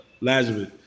lazarus